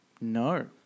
No